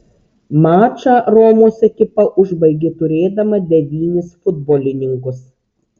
mačą romos ekipa užbaigė turėdama devynis futbolininkus